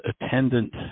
attendant